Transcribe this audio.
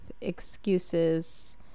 excuses